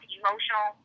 emotional